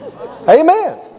Amen